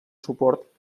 suport